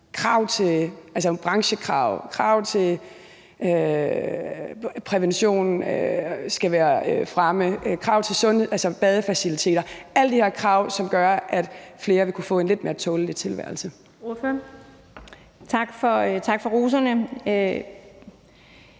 sikret nogle branchekrav, krav til, at prævention skal være fremme, krav til sundhed, badefaciliteter – alle de her krav, som gør, at flere vil kunne få en lidt mere tålelig tilværelse? Kl. 11:14 Den